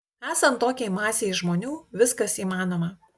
esant tokiai masei žmonių viskas įmanoma